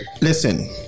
listen